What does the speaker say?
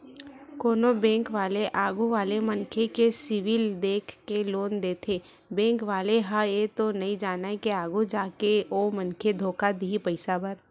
कोनो बेंक वाले आघू वाले मनखे के सिविल देख के लोन देथे बेंक वाले ह ये तो नइ जानय के आघु जाके ओ मनखे धोखा दिही पइसा बर